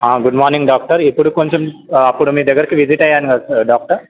good morning doctor ఇప్పుడు కొంచెం అప్పుడు మీ దగ్గరకు విజిట్ అయ్యానుగా డాక్టర్